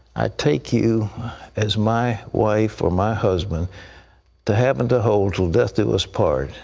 i take you as my wife or my husband to have and to hold till death do us part.